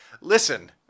listen